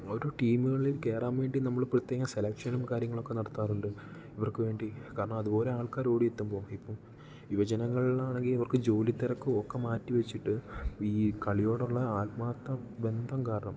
അപ്പം ഓരോ ടീമുകളിൽ കയറാൻ വേണ്ടി നമ്മൾ പ്രത്യേക സെലക്ഷനും കാര്യങ്ങളൊക്കെ നടത്താറുണ്ട് ഇവർക്കു വേണ്ടി കാരണം അതു പോലെ ആൾക്കാർ ഓടി എത്തുമ്പോൾ ഇപ്പം യുവജനങ്ങളിലാണെങ്കിൽ ഇവർക്ക് ജോലി തിരക്കോ ഒക്കെ മാറ്റി വെച്ചിട്ട് ഈ കളിയോടുള്ള ആത്മാർത്ഥ ബന്ധം കാരണം